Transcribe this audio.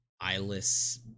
eyeless